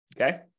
Okay